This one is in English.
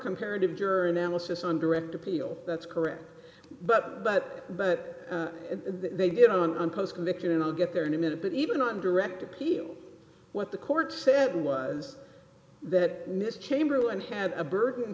comparative journalists on direct appeal that's correct but but but they did on post conviction and i'll get there in a minute but even not a direct appeal what the court said was that miss chamberlain had a burden